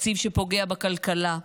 תקציב שפוגע בכלכלה,